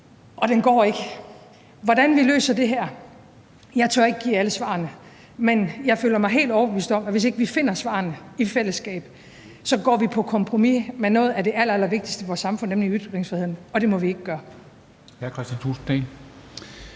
Med hensyn til hvordan vi løser det her, tør jeg ikke give alle svarene, men jeg føler mig helt overbevist om, at hvis ikke vi finder svarene i fællesskab, så går vi på kompromis med noget af det allerallervigtigste i vores samfund, nemlig ytringsfriheden, og det må vi ikke gøre.